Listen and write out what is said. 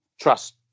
trust